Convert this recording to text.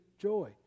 joy